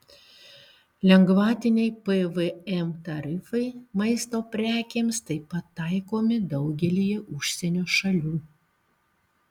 lengvatiniai pvm tarifai maisto prekėms taip pat taikomi daugelyje užsienio šalių